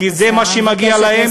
כי זה מה שמגיע להם.